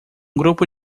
grupo